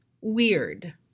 weird